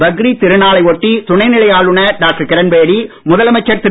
பக்ரீத் திருநாளை ஒட்டி துணைநிலை ஆளுநர் டாக்டர் கிரண்பேடி முதலமைச்சர் திரு